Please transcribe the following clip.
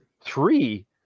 Three